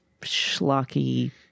schlocky